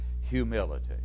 humility